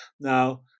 Now